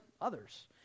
others